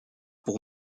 pour